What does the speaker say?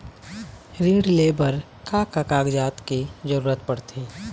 ऋण ले बर का का कागजात के जरूरत पड़थे?